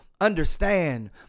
understand